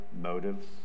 motives